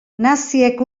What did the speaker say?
naziek